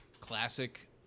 classic